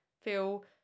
feel